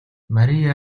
мария